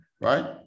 right